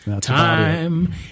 Time